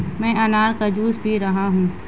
मैं अनार का जूस पी रहा हूँ